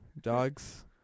Dogs